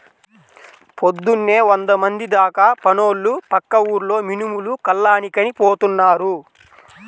పొద్దున్నే వందమంది దాకా పనోళ్ళు పక్క ఊర్లో మినుములు కల్లానికని పోతున్నారు